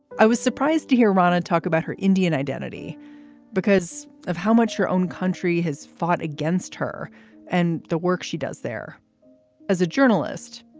i was surprised to hear ronon talk about her indian identity because of how much her own country has fought against her and the work she does there as a journalist.